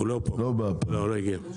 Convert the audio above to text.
לא הגיע.